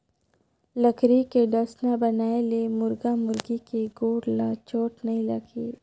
लकरी के डसना बनाए ले मुरगा मुरगी के गोड़ ल चोट नइ लागे